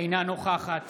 אינה נוכחת